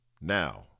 Now